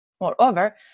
Moreover